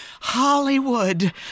Hollywood